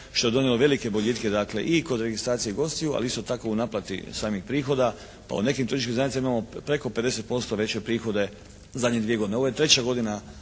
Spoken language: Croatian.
što je donijelo velike boljitke i kod registracije gostiju ali isto tako i u naplati samih prihoda pa u nekim turističkim zajednicama imamo preko 50% veće prihode zadnje dvije godine. Ovo je treća godina